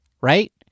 right